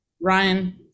Ryan